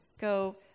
Go